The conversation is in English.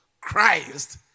Christ